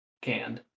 Canned